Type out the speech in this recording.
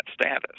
status